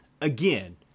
Again